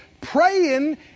praying